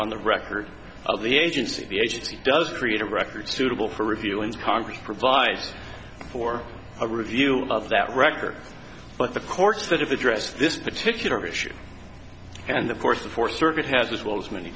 on the record of the agency the agency does create a record suitable for review and congress provides for a review of that record but the courts that have addressed this particular issue and of course the fourth circuit has as well as many